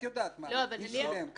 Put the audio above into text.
את יודעת מה, מי שילם וכמה.